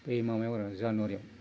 ओइ माबायाव आरो जानुवारियाव